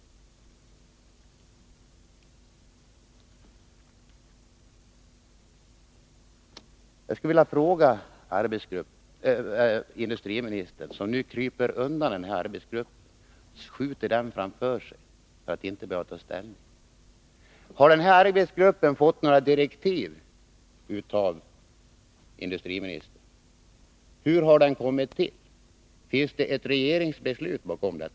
Jag skulle vilja fråga industriministern, som nu skjuter arbetsgruppen framför sig för att inte behöva ta ställning: Har arbetsgruppen fått några direktiv av industriministern? Hur har den kommit till? Finns det ett regeringsbeslut bakom den?